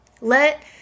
Let